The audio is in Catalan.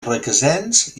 requesens